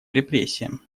репрессиям